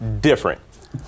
different